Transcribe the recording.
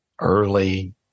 early